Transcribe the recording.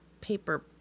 paper